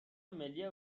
ملی